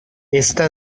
esta